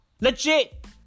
Legit